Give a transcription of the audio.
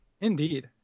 indeed